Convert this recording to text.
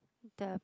the